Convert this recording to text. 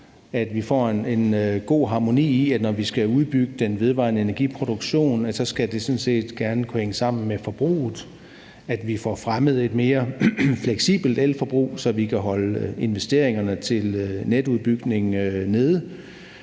at vi får en god harmoni i, at det, når vi skal udbygge den vedvarende energiproduktion, sådan set gerne skal kunne hænge sammen med forbruget, og at vi får fremmet et mere fleksibelt elforbrug, så vi kan holde investeringerne til netudbygningen nede.